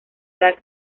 edad